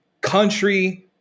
country